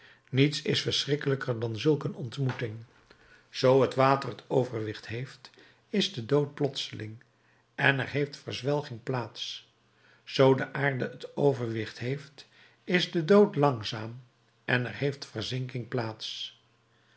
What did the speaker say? niets is verschrikkelijker dan zulk een ontmoeting zoo het water het overwicht heeft is de dood plotseling en er heeft verzwelging plaats zoo de aarde het overwicht heeft is de dood langzaam en er heeft verzinking plaats